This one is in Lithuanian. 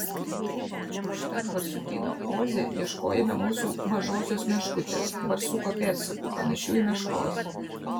užtat barsukyno oze ieškojome mūsų mažosios meškutės barsuko pėdsakų panašių į meškos